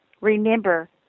Remember